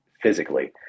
physically